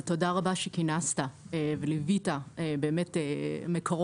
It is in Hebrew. ותודה רבה שכינסת וליווית מקרוב,